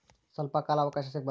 ಸ್ವಲ್ಪ ಕಾಲ ಅವಕಾಶ ಸಿಗಬಹುದಾ?